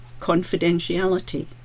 confidentiality